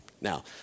Now